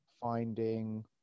finding